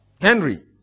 Henry